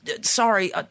sorry